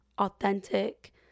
authentic